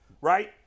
right